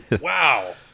Wow